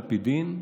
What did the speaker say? על פי דין,